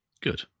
Good